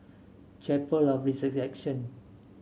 Chapel of The Resurrection